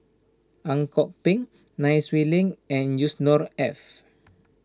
Ang Kok Peng Nai Swee Leng and Yusnor Ef